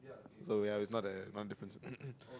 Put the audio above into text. so ya it's not that one difference